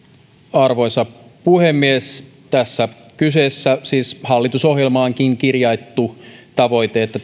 arvoisa puhemies tässä kyseessä on siis hallitusohjelmaankin kirjattu tavoite että